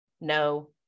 no